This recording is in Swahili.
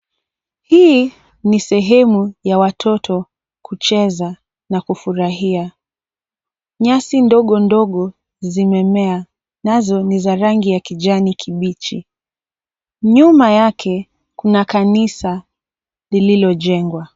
Hii ni sehemu ya watoto kucheza na kufurahia. Nyasi ndogondogo zimemea nazo ni za rangi ya kijanikibichi. Nyuma yake kuna kanisa lililojengwa.